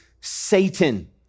Satan